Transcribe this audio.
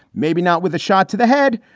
maybe not with a shot to the head,